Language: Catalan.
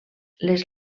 les